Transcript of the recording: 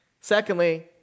Secondly